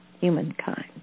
humankind